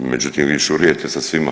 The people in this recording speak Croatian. Međutim, vi šurujete sa svima.